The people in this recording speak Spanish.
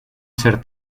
ser